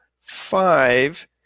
five